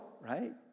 right